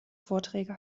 vorträge